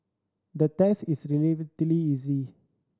the test is relatively easy